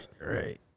Right